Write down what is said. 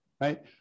right